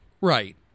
right